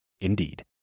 indeed